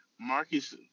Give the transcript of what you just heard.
Marcus